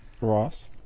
Ross